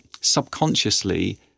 subconsciously